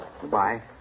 Goodbye